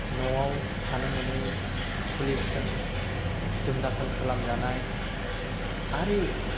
न'आव थानो मोनै पुलिसजों दुमदाखाल खालामजानाय आरो